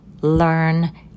learn